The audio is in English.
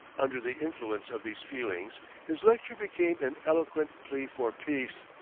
under the influence of these feelings, his lecture became an eloquent plea for peace,